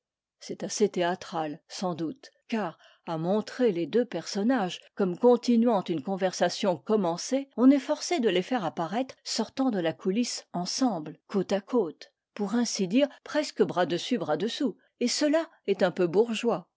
c'est assez théâtral sans doute car à montrer les deux personnages comme continuant une conversation commencée on est forcé de les faire apparaître sortant de la coulisse ensemble côte à côte pour ainsi dire presque bras dessus bras dessous et cela est un peu bourgeois